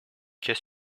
qu’est